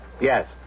Yes